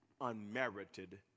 unmerited